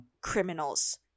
criminals